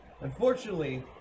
Unfortunately